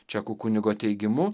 čekų kunigo teigimu